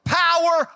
power